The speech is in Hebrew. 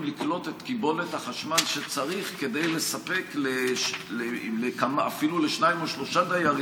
לקלוט את קיבולת החשמל שצריך כדי לספק אפילו לשניים